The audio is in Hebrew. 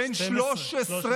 בן 13. בן 12,